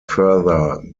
further